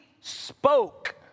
spoke